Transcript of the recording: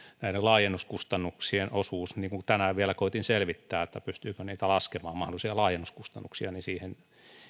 näiden laajennuskustannuksien osuus tänään vielä koetin selvittää pystyykö niitä mahdollisia laajennuskustannuksia laskemaan ja siihen